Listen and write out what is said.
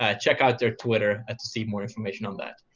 ah check out their twitter ah to see more information on that.